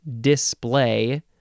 display